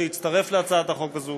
שהצטרף להצעת החוק הזאת,